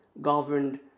governed